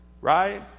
right